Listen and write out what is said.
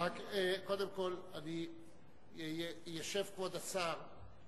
קודם כול, ישב כבוד השר.